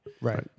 Right